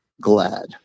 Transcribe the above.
glad